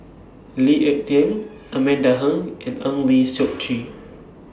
Lee Ek Tieng Amanda Heng and Eng Lee Seok Chee